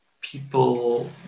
people